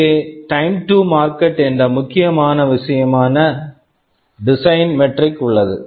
இங்கே time to market time to market என்ற முக்கிய விஷயமான டிசைன் மெட்ரிக் design metric உள்ளது